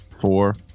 four